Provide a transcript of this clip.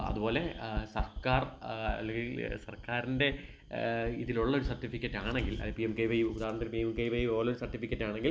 അതുപോലെ സർക്കാർ അല്ലെങ്കിൽ സർക്കാരിൻ്റെ ഇതിലുള്ളൊരു സർട്ടിഫിക്കറ്റാണെങ്കിൽ അത് പി എം കെ വൈ ഉദാഹരണത്തിനു പി എം കെ വൈ പോലൊരു സർട്ടിഫിക്കറ്റാണെങ്കിൽ